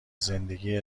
زندگی